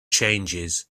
changes